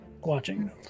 watching